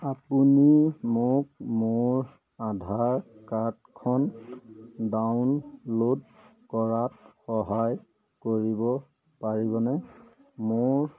আপুনি মোক মোৰ আধাৰ কাৰ্ডখন ডাউনল'ড কৰাত সহায় কৰিব পাৰিবনে মোৰ